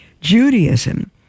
Judaism